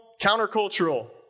Countercultural